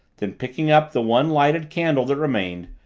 then picking up the one lighted candle that remained,